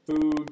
food